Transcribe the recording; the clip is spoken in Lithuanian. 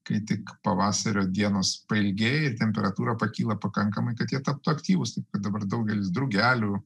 kai tik pavasario dienos pailgėja ir temperatūra pakyla pakankamai kad jie taptų aktyvūs dabar daugelis drugelių